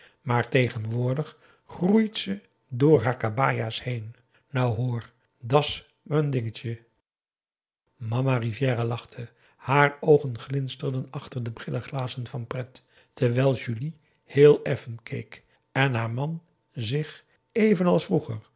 ps maurits groeit ze door haar kabaja's heen nou hoor da's me n dingetje mama rivière lachte haar oogen glinsterden achter de brilleglazen van pret terwijl julie heel effen keek en haar man zich evenals vroeger